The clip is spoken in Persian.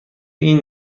این